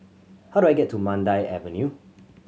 how do I get to Mandai Avenue